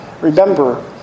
Remember